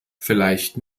vielleicht